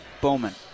Bowman